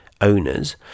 owners